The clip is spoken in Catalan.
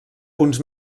punts